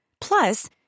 Plus